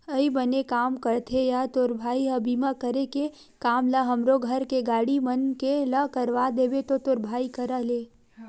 अई बने काम करथे या तोर भाई ह बीमा करे के काम ल हमरो घर के गाड़ी मन के ला करवा देबे तो तोर भाई करा ले